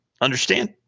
Understand